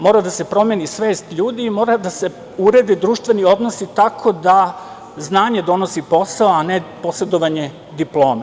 Mora da se promeni svest ljudi i mora da se urede društveni odnosi tako da znanje donosi posao, a ne posedovanje diplome.